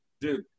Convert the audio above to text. dude